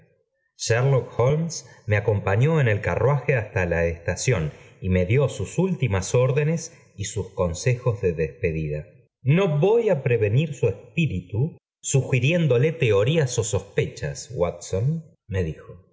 me acompañó en el carruaje hasta la estación y me dió sus últimas órdenes y eue consejos de despedida no voy á prevenir su espíritu sugiriéndole teorías ó sospechas watson me dijo